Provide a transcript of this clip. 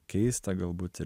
keista galbūt